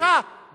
חבר הכנסת ביבי,